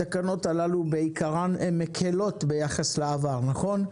התקנות הללו בעיקרן הן מקלות ביחס לעבר, נכון?